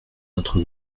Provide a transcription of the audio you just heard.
notre